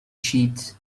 sheet